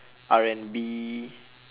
R and B